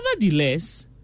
Nevertheless